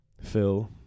Phil